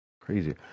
crazy